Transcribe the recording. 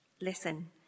Listen